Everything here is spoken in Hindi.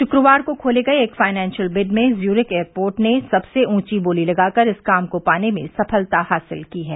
गुक्रवार को खोले गये एक फाइनेंशियल बिड् में ज्यूरिख एयरपोर्ट ने सबसे ऊँची बोली लगाकर इस काम को पाने में सफलता हासिल की है